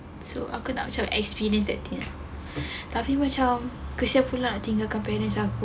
so aku macam nak experience that thing tapi macam kesian pun lah tinggal parents aku